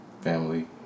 Family